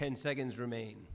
ten seconds remain